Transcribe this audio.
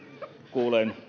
kuulen